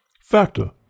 Factor